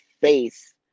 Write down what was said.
face